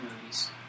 movies